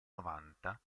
novanta